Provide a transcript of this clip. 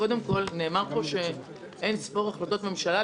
קודם כל, נאמר פה שהיו אין ספור החלטות ממשלה.